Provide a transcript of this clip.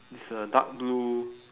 it's a dark blue